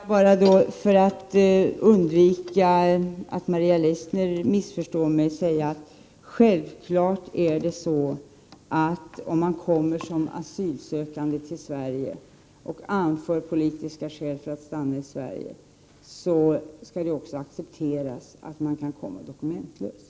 Herr talman! För att undvika missförstånd vill jag säga att det är självklart att det skall accepteras att den som kommer som asylsökande till Sverige och anför politiska skäl för att få stanna kvar här kan komma dokumentlös.